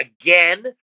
again